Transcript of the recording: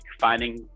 finding